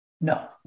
No